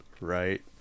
Right